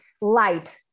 light